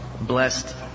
blessed